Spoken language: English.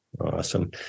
Awesome